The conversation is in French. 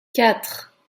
quatre